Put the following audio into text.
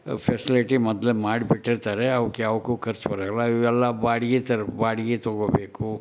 facility ಮೊದಲೇ ಮಾಡಿ ಬಿಟ್ಟಿರ್ತಾರೆ ಅವಕ್ಕೂ ಯಾವುಕ್ಕೂ ಖರ್ಚು ಬರೋಲ್ಲ ಇವೆಲ್ಲ ಬಾಡಿಗೆ ಥರ ಬಾಡಿಗೆ ತಗೊಳ್ಬೇಕು